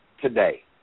today